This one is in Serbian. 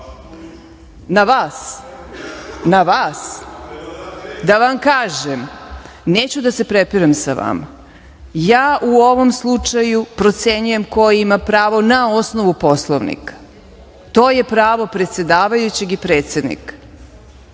to liči?)Na vas? Da vam kažem neću da se prepirem sa vama, ja u ovom slučaju procenjujem ko ima pravo na osnovu Poslovnika. To je pravo predsedavajućeg i predsednika